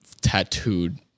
tattooed